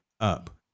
up